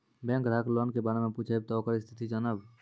Bank ग्राहक loan के बारे मैं पुछेब ते ओकर स्थिति जॉनब?